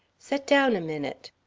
set down a minute.